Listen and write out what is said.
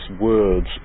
words